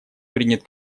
принят